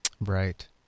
Right